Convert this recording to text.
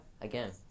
again